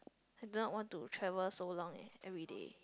I do not want to travel so long eh everyday